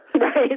Right